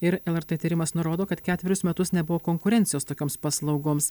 ir lrt tyrimas nurodo kad ketverius metus nebuvo konkurencijos tokioms paslaugoms